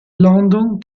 london